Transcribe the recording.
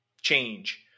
change